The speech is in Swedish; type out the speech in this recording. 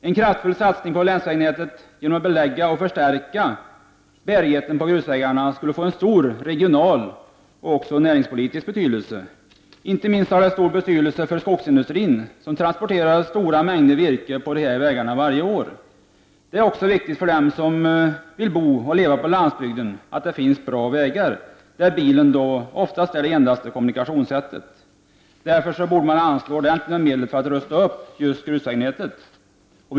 En kraftfull satsning på länsvägnätet genom att belägga och förstärka bärigheten på grusvägarna skulle få stor regionaloch näringspolitisk betydelse. Inte minst har det stor betydelse för skogsindustrin, som transporterar stora mängder virke på dessa vägar varje år. Det är också viktigt för dem som vill bo och leva på landsbygden att det finns vägar av godtagbar standard. Bilen är ju ofta det enda tänkbara kommunikationsmedlet. Därför bör det anslås ordentligt med medel för att rusta upp just grusvägnätet.